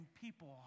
people